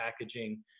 packaging